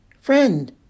Friend